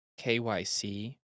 KYC